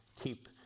keep